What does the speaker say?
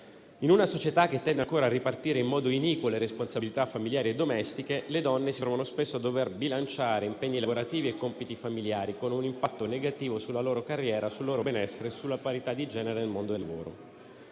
In una società che tende ancora a ripartire in modo iniquo le responsabilità familiari e domestiche, le donne si trovano spesso a dover bilanciare impegni lavorativi e compiti familiari, con un impatto negativo sulla loro carriera, sul loro benessere e sulla parità di genere nel mondo del lavoro.